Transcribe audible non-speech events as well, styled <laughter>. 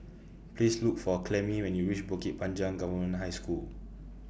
Please <noise> Look For Clemie when YOU REACH Bukit Panjang Government High School